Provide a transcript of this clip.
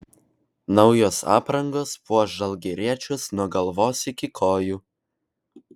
naujos aprangos puoš žalgiriečius nuo galvos iki kojų